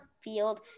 Field